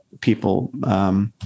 people